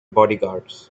bodyguards